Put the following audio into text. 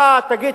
אתה תגיד,